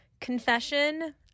Confession